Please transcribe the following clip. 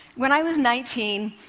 when i was nineteen,